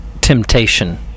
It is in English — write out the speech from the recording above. temptation